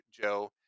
Joe